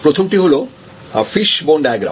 প্রথমটি হলো fish bone diagram